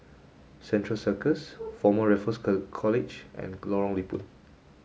Central Circus Former Raffles College and Lorong Liput